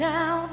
Now